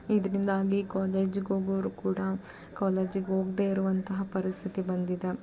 ಇದರಿಂದಾಗಿ ಕಾಲೇಜಿಗೆ ಹೋಗೋವ್ರು ಕೂಡ ಕಾಲೇಜಿಗೆ ಹೋಗದೇ ಇರುವಂತಹ ಪರಿಸ್ಥಿತಿ ಬಂದಿದೆ